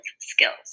skills